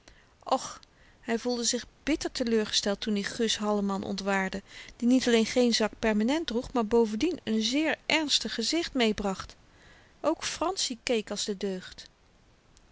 och hy voelde zich bitter teleurgesteld toen i gus halleman ontwaarde die niet alleen geen zak peperment droeg maar bovendien n zeer ernstig gezicht meebracht ook franssie keek als de deugd